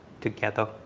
together